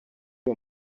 uyu